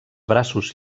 braços